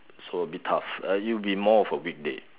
so a bit tough it'd be more of a weekday